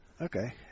Okay